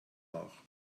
nach